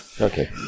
Okay